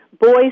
boys